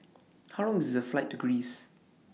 How Long IS The Flight to Greece